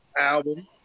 album